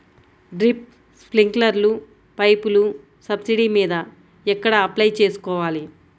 Drip, స్ప్రింకర్లు పైపులు subsidy మీద ఎక్కడ అప్లై చేసుకోవాలి?